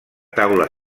taula